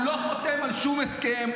הוא לא חותם על שום הסכם.